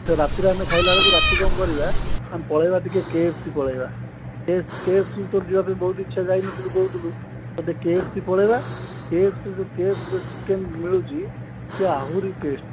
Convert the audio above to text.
ରାତିରେ ଆମେ ଖାଇଲା ବେଳକୁ ରାତି କ'ଣ କରିବା ଆମେ ପଳାଇବା ଟିକିଏ କେ ଏଫ୍ ସି ପଳାଇବା କେ ଏଫ୍ ସି ତୋର ଯିବା ପାଇଁ ବହୁତ ଇଚ୍ଛା ଯାଇନଥିଲୁ କହୁଥିଲୁ ଆମେ କେ ଏଫ୍ ସି ପଳାଇବା କେ ଏଫ୍ ସି ସେ ଯେଉଁ ଚିକେନ୍ ମିଳୁଛି ସେ ଆହୁରି ଟେଷ୍ଟ୍